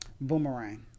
Boomerang